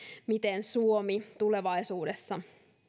miten suomi tulevaisuudessa